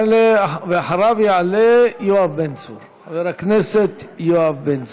אחריו יעלה חבר הכנסת יואב בן צור.